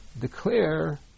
declare